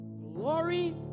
Glory